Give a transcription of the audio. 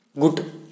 Good